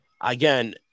Again